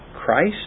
Christ